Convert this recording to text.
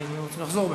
מקובל.